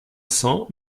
cents